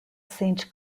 saint